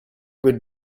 would